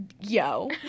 yo